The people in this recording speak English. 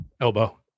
elbow